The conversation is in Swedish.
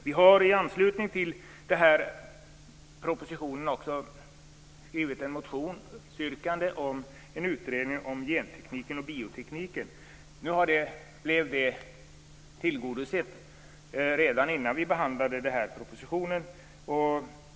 Vi har i anslutning till propositionen också skrivit ett motionsyrkande om en utredning om gentekniken och biotekniken. Nu blev det tillgodosett redan innan utskottet behandlade propositionen.